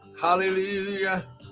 Hallelujah